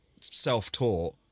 self-taught